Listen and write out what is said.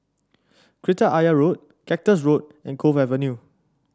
Kreta Ayer Road Cactus Road and Cove Avenue